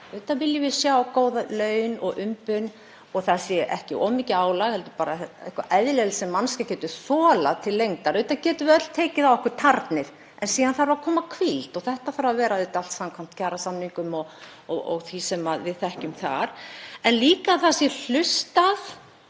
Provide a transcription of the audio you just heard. við viljum sjá góð laun og umbun og að það sé ekki of mikið álag heldur bara eitthvað eðlilegt sem manneskja getur þolað til lengdar. Auðvitað getum við öll tekið á okkur tarnir en síðan þarf að koma hvíld. Þetta þarf að vera allt samkvæmt kjarasamningum og því sem við þekkjum þar, en líka að það sé hlustað